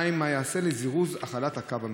2. מה ייעשה לזירוז החלת הקו המדובר?